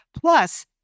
plus